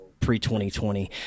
pre-2020